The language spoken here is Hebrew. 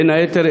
בין היתר,